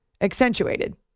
accentuated